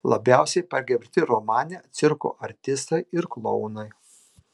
labiausiai pagerbti romane cirko artistai ir klounai